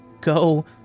go